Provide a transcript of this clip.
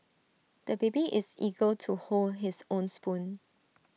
the baby is eager to hold his own spoon